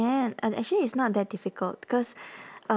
ya and actually it's not that difficult cause um